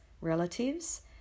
relatives